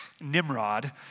Nimrod